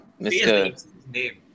Mr